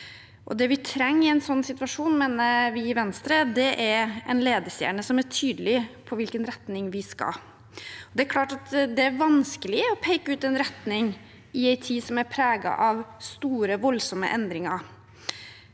Venstre, er en ledestjerne som er tydelig på i hvilken retning vi skal. Det er klart at det er vanskelig å peke ut en retning i en tid som er preget av store, voldsomme endringer,